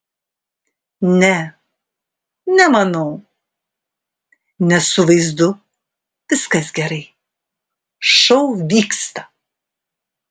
ne nemanau nes su vaizdu viskas gerai šou vyksta